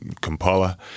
Kampala